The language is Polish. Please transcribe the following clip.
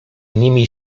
nimi